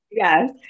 Yes